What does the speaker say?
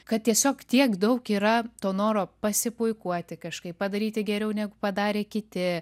kad tiesiog tiek daug yra to noro pasipuikuoti kažkaip padaryti geriau negu padarė kiti